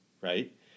right